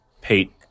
Pete